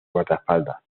guardaespaldas